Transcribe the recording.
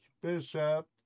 bishop